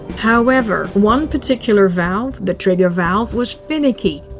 however, one particular valve, the trigger valve, was finicky.